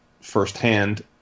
firsthand